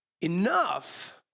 enough